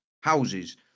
houses